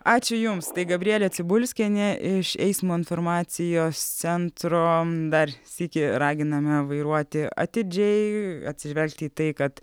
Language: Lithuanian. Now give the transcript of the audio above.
ačiū jums tai gabrielė cibulskienė iš eismo informacijos centro dar sykį raginame vairuoti atidžiai atsižvelgti į tai kad